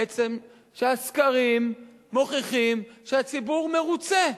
בעצם, שהסקרים מוכיחים שהציבור מרוצה.